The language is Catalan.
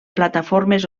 plataformes